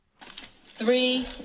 Three